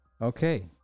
okay